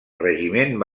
regiment